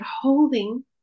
holding